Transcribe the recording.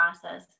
process